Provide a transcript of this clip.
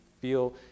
feel